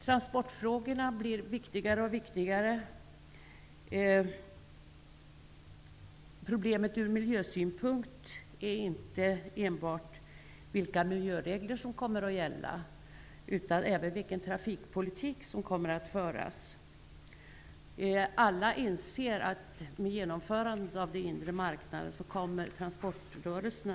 Transportfrågorna blir allt viktigare. Problemet är ur miljösynpunkt inte enbart vilka miljöregler som skall gälla utan även vilken trafikpolitik som kommer att föras. Alla inser att transportrörelserna kommer att öka vid genomförandet av den inre marknaden.